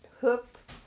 hooks